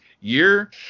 year